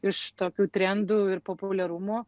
iš tokių trendų ir populiarumų